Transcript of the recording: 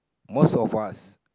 most of us